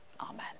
Amen